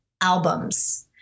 albums